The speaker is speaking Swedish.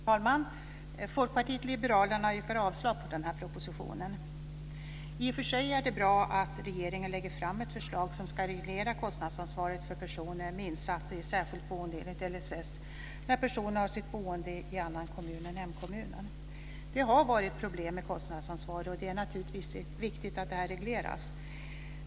Fru talman! Folkpartiet liberalerna yrkar avslag på denna propositionen. I och för sig är det bra att regeringen lägger fram ett förslag som ska reglera kostnadsansvaret för personer med insatser i särskilt boende enligt LSS när personen har sitt boende i annan kommun än hemkommunen. Det har varit problem med kostnadsansvaret, och det är naturligtvis viktigt att detta regleras.